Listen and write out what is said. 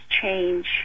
change